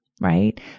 right